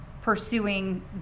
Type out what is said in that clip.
pursuing